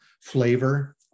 flavor